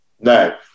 No